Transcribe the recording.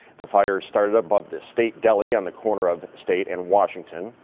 the fire started above the state deli on the corner of state and washington.